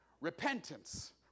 repentance